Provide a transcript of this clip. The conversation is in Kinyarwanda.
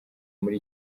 muri